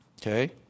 okay